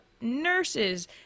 nurses